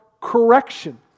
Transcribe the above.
correction